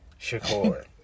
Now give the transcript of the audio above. Shakur